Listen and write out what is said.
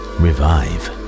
revive